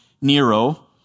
Nero